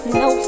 no